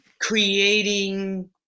creating